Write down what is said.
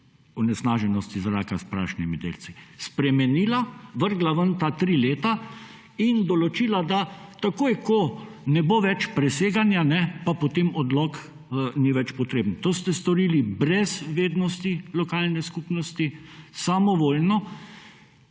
onesnaženosti zraka s prašnimi delci. Spremenila, vrgla ven ta tri leta in določila, da takoj ko ne bo več preseganja, pa potem odlok ni več potreben. To ste storili brez vednosti lokalne skupnosti, samovoljno,